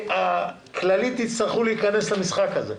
הכללית יצטרכו להכנס למשחק הזה,